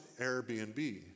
Airbnb